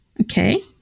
Okay